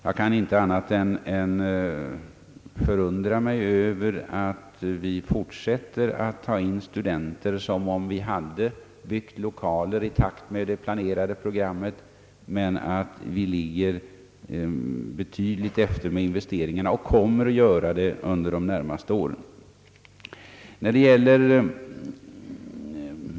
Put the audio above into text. Jag kan inte annat än förundra mig över att man fortsätter att ta in studenter precis som om man hade byggt 1okaler i takt med det planerade programmet fastän det råder en betydande eftersläpning i fråga om investeringarna och kommer att göra det under de närmaste åren.